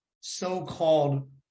so-called